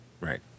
Right